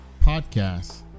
podcast